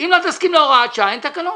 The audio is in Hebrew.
שאם לא אסכים להוראת שעה, אין תקנות.